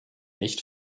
nicht